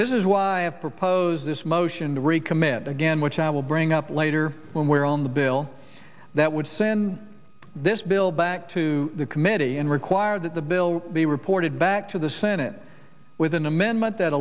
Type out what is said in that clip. this is why i have proposed this motion to recommit again which i will bring up later when we're on the bill that would send this bill back to the committee and require that the bill be reported back to the senate with an amendment that